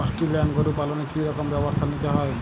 Australian গরু পালনে কি রকম ব্যবস্থা নিতে হয়?